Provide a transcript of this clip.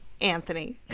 Anthony